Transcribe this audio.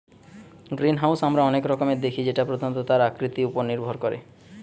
greenhouse আমরা অনেক রকমের দেখি যেটা প্রধানত তার আকৃতি উপর নির্ভর করে